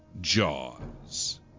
Jaws